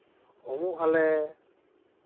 ᱩᱢᱩᱜ ᱟᱞᱮ